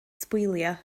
sbwylio